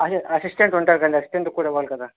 అసి అసిస్టెంట్ ఉంటాడు కదండి అస్టెంటుకి కూడా ఇవ్వాలి కదా